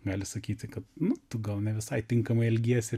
gali sakyti kad tu gal ne visai tinkamai elgiesi